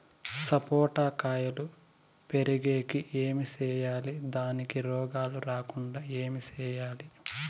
సపోట కాయలు పెరిగేకి ఏమి సేయాలి దానికి రోగాలు రాకుండా ఏమి సేయాలి?